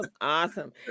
awesome